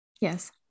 Yes